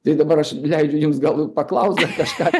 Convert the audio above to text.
tai dabar aš leidžiu jums gal jau paklaust dar kažką